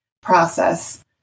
process